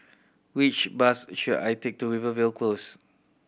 which bus should I take to Rivervale Close